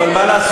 אבל מה לעשות,